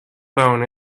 bone